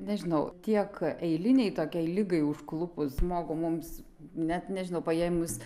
nežinau tiek eiliniai tokiai ligai užklupus žmogų mums net nežinau paėmus